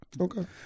Okay